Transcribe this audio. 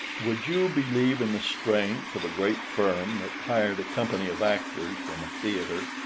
would you believe in the strength of a great firm that hired a company of actors from a theatre,